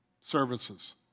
services